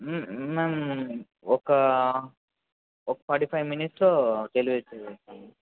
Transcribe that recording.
ma'am ఒక ఒక forty five మినిట్స్లో డెలివరీ చేసేస్తాము మ్యామ్